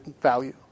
value